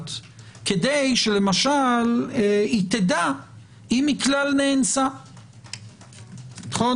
לנפגעת כדי שלמשל היא תדע אם היא כלל נאנסה, נכון?